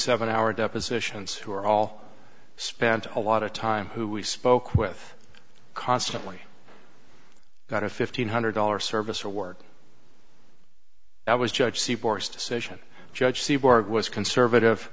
seven hour depositions who were all spent a lot of time who we spoke with constantly got a fifteen hundred dollar service award that was judge c bourse decision judge seeburg was conservative